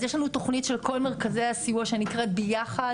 אז יש לנו תוכנית של כל מרכזי הסיוע שנקראת 'ביחד',